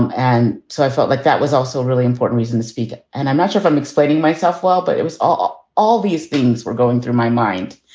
and so i felt like that was also a really important reason to speak. and i'm not sure if i'm explaining myself well, but it was all all these things were going through my mind.